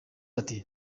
ati